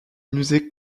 musée